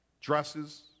dresses